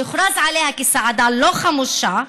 שהוכרז עליה כצעדה לא חמושה,